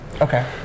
Okay